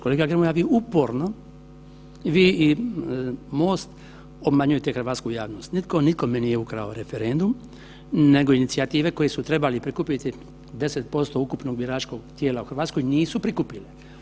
Kolega Grmoja, vi uporno, vi i MOST obmanjujete hrvatsku javnost, nitko nikome nije ukrao referendum nego inicijative koje su trebale prikupiti 10% ukupnog biračkog tijela u RH nisu prikupili.